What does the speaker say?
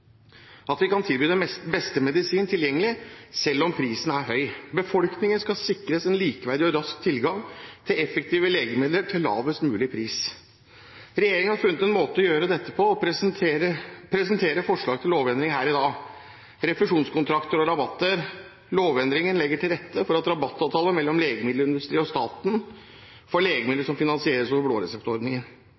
høy. Befolkningen skal sikres en likeverdig og rask tilgang til effektive legemidler til lavest mulig pris. Regjeringen har funnet en måte å gjøre dette på og presenterer forslaget til lovendring her i dag, med refusjonskontrakter og rabatter. Lovendringen legger til rette for rabattavtaler mellom legemiddelindustrien og staten for legemidler som finansieres over